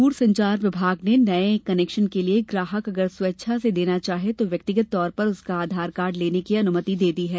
दूरसंचार विभाग ने नए कनेक्शन के लिए ग्राहक अगर स्वेच्छा से देना चाहे तो व्यक्तिगत तौर पर उसका आधार कार्ड लेने की अनुमति दे दी है